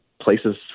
places